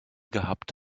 gehabt